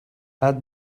add